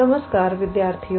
नमस्कार विद्यार्थियों